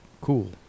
cool